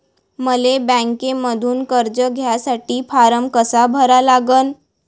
मले बँकेमंधून कर्ज घ्यासाठी फारम कसा भरा लागन?